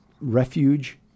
refuge